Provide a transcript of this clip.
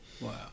Wow